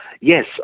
yes